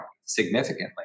significantly